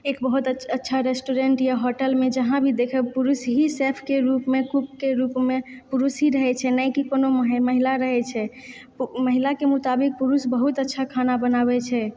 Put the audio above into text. एक बहुत अच्छा रेस्टोरेंटमे या होटल जहाँ भी देखब पुरुष ही सेफके रूपमे कूकके रूपमे पुरुष ही रहए छै नहि कि महिला रहए छै महिलाके मुताबिक पुरुष बहुत बहुत अच्छा खाना बनाबए छै